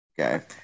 okay